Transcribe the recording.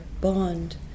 bond